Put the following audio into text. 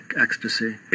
ecstasy